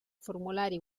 formulari